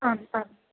आम् आम्